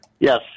Yes